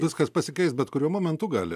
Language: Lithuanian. viskas pasikeist bet kuriuo momentu gali